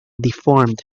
deformed